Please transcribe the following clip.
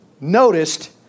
noticed